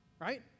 right